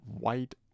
white